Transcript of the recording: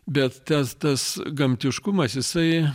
bet tes tas gamtiškumas jisai